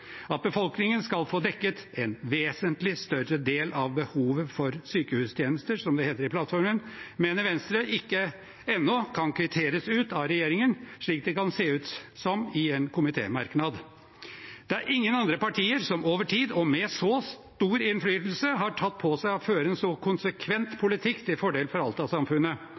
At befolkningen skal få dekket en vesentlig større del av behovet for sykehustjenester, som det heter i plattformen, mener Venstre ikke ennå kan kvitteres ut av regjeringen, slik det kan se ut som i en komitémerknad. Det er ingen andre partier som over tid og med så stor innflytelse har tatt på seg å føre en så konsekvent politikk til fordel for